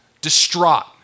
distraught